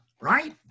right